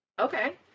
Okay